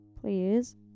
Please